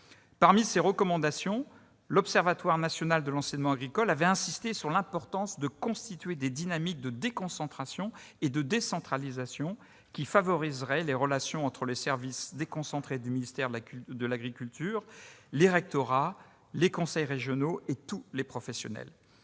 Parmi ses recommandations, l'Observatoire national de l'enseignement agricole avait insisté sur l'importance des dynamiques de déconcentration et de décentralisation pour favoriser les relations entre les services déconcentrés du ministère de l'agriculture, les rectorats, les conseils régionaux et tous les professionnels.